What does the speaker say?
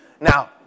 Now